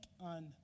on